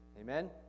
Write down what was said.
Amen